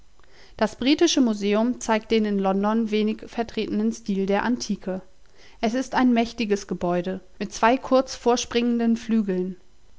das britische museum zeigt den in london wenig vertretenen stil der antike es ist ein mächtiges gebäude mit zwei kurz vorspringenden flügeln